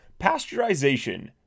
Pasteurization